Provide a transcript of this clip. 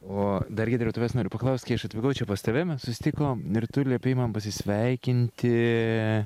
o dar giedriau tavęs noriu paklaust kai aš atvykau čia pas tave mes susitikom ir tu liepei man pasisveikinti